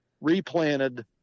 replanted